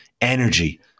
energy